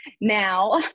now